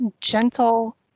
gentle